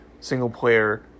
single-player